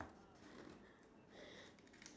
I think the part where